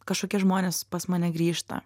kažkokie žmonės pas mane grįžta